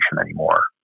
anymore